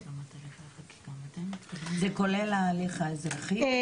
זה כולל ההליך האזרחי?